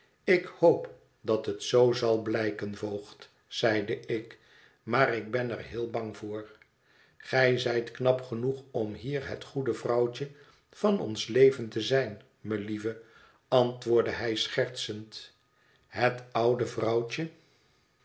ik hoop dat het zoo zal blijken voogd zeide ik maar ik ben er heel bang voor gij zijt knap genoeg om hier het goede vrouwtje van ons leven te zijn melieve antwoordde hij schertsend het oude vrouwtje